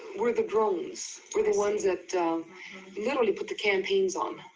we're the drones. we're the ones that literally put the campaigns on,